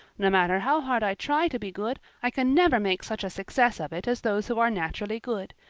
no matter how hard i try to be good i can never make such a success of it as those who are naturally good.